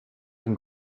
can